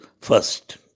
first